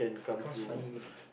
comes funny